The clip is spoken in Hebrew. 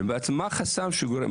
והשאלה מה הבעיה,